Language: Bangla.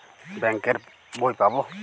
বাংক এর বই পাবো?